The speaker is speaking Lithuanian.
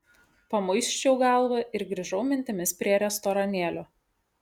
pamuisčiau galvą ir grįžau mintimis prie restoranėlio